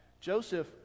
Joseph